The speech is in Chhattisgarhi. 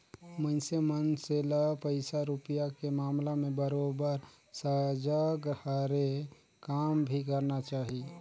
मइनसे मन से ल पइसा रूपिया के मामला में बरोबर सजग हरे काम भी करना चाही